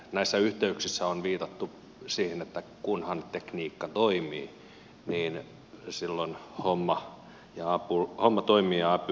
näissä yhteyksissä on viitattu siihen että kunhan tekniikka toimii niin silloin homma toimii ja apu löytää perille